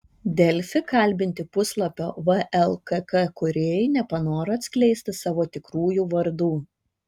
delfi kalbinti puslapio vlkk kūrėjai nepanoro atskleisti savo tikrųjų vardų